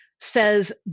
says